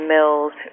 Mills